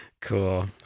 cool